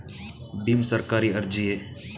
ಭೀಮ್ ಸರ್ಕಾರಿ ಅರ್ಜಿಯೇ?